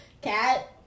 cat